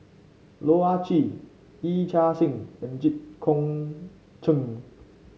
Loh Ah Chee Yee Chia Hsing and Jit Koon Ch'ng